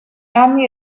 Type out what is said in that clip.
anni